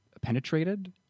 penetrated